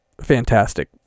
fantastic